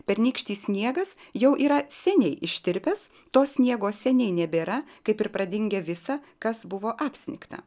pernykštis sniegas jau yra seniai ištirpęs to sniego seniai nebėra kaip ir pradingę visa kas buvo apsnigta